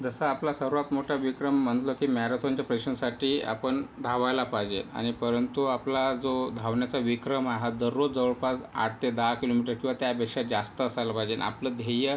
जसा आपला सर्वांत मोठा विक्रम म्हणलं की मॅरेथॉनच्या प्रिपरेशनसाठी आपण धावायला पाहिजे आणि परंतु आपला जो धावण्याचा विक्रम आहे हा दररोज जवळपास आठ ते दहा किलोमीटर किंवा त्यापेक्षा जास्त असायला पाहिजे आणि आपलं ध्येय